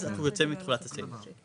אנחנו לא רוצים את המצבים האלה.